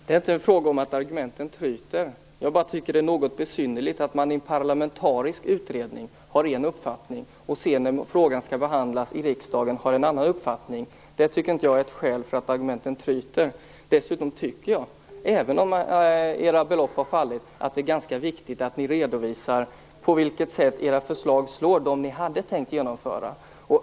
Herr talman! Det är inte en fråga om att argumenten tryter. Jag tycker bara att det är något besynnerligt att man har en uppfattning i en parlamentarisk utredning och en annan när frågan skall behandlas i riksdagen. Det tycker inte jag är att argumenten tryter. Dessutom tycker jag, även om era förslag har fallit, att det är ganska viktigt att ni redovisar på vilket sätt de förslag ni hade tänkt genomföra slår.